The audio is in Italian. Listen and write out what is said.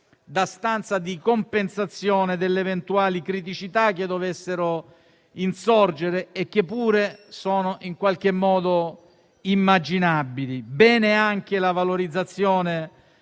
da stanza di compensazione delle eventuali criticità che dovessero insorgere, e che pure sono in qualche modo immaginabili. Bene anche la valorizzazione